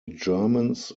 germans